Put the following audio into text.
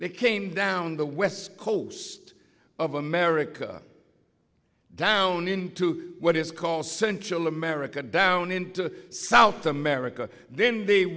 they came down the west coast of america down into what is called central america down into south america then the